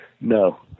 No